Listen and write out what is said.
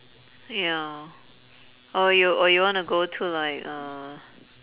ya or you or you wanna go to like uh